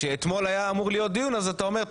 כשאתמול היה אמור להיות דיון אז אתה אומר,